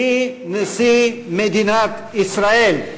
(תקיעת שופרות) יחי נשיא מדינת ישראל.